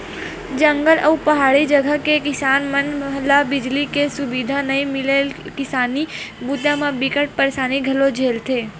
जंगल अउ पहाड़ी जघा के किसान मन ल बिजली के सुबिधा नइ मिले ले किसानी बूता म बिकट परसानी घलोक झेलथे